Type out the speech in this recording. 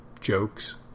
jokes